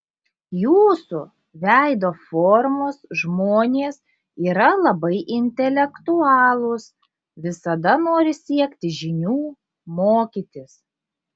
jūsų veido formos žmonės yra labai intelektualūs visada nori siekti žinių mokytis